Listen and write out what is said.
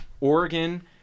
Oregon